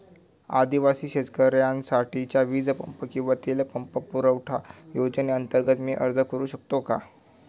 आदिवासी शेतकऱ्यांसाठीच्या वीज पंप किंवा तेल पंप पुरवठा योजनेअंतर्गत मी अर्ज करू शकतो का?